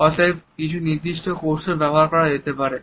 অতএব কিছু নির্দিষ্ট কৌশল ব্যবহার করা যেতে পারে